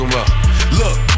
Look